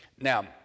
now